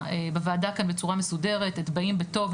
בוועדה כאן בצורה מסודרת את "באים בטוב,